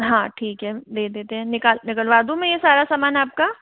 हाँ ठीक है दे देते हैं निकाल निकलवा दूँ मैं यह सारा सामान आपका